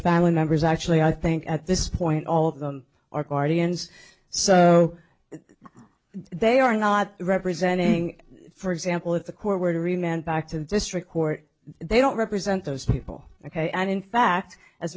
family members actually i think at this point all of them or guardians so the they are not representing for example if the court were to remain back to the district court they don't represent those people ok and in fact as